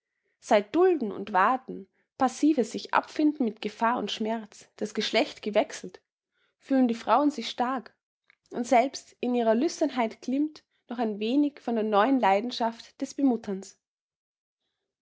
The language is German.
seit dulden und warten passives sich abfinden mit gefahr und schmerz das geschlecht gewechselt fühlen die frauen sich stark und selbst in ihrer lüsternheit glimmt noch ein wenig von der neuen leidenschaft des bemutterns